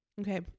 Okay